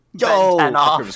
Yo